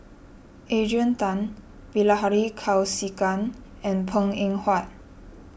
Adrian Tan Bilahari Kausikan and Png Eng Huat